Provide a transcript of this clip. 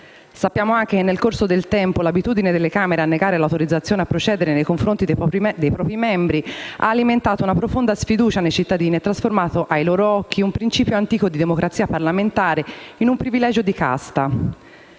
Sappiamo anche che, nel corso del tempo, l'abitudine delle Camere a negare l'autorizzazione a procedere nei confronti dei propri membri ha alimentato una profonda sfiducia nei cittadini e trasformato ai loro occhi un principio antico di democrazia parlamentare in un privilegio di casta.